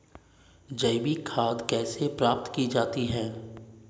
जैविक खाद कैसे प्राप्त की जाती है?